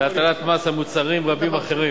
להטלת מס על מוצרים רבים אחרים.